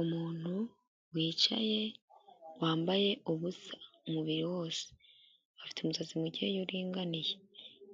Umuntu wicaye wambaye ubusa umubiri wose, afite umusatsi mukeya uringaniye,